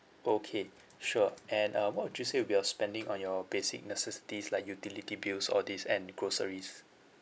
okay sure and uh what would you say would be your spending on your basic necessities like utility bills all these and groceries